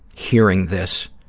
hearing this